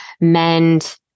mend